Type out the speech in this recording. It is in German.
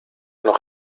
noch